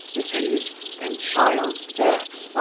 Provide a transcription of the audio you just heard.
disease and child deaths. but